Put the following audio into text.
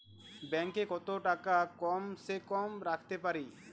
Bank এ কত টাকা কম সে কম রাখতে পারি?